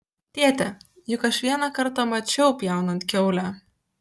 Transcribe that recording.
tėte juk aš vieną kartą mačiau pjaunant kiaulę